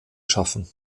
schaffen